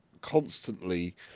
constantly